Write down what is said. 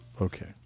Okay